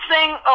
Sing